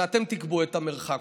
ואתם תקבעו את המרחק.